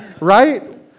Right